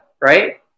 right